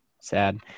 sad